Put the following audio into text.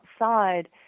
outside